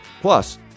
Plus